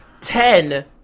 ten